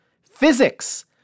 Physics